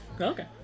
Okay